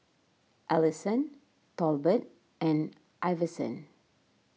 Alisson Tolbert and Iverson